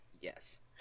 Yes